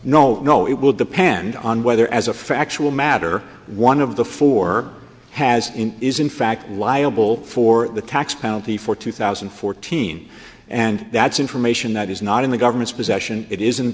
know it will depend on whether as a factual matter one of the four has is in fact liable for the tax penalty for two thousand and fourteen and that's information that is not in the government's possession it is